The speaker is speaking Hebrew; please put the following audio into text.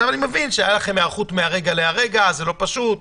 אני מבין שהייתה לכם היערכות מהרגע להרגע וזה דבר לא פשוט,